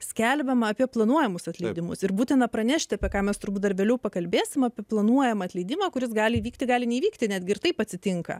skelbiama apie planuojamus atleidimus ir būtina pranešti apie ką mes turbūt darbeliu pakalbėsime apie planuojamą atleidimą kuris gali įvykti gali neįvykti netgi ir taip atsitinka